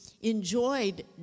enjoyed